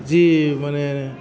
जि माने